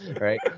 right